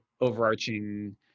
overarching